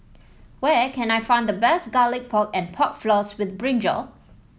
where can I find the best Garlic Pork and Pork Floss with brinjal